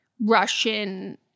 Russian